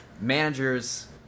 Managers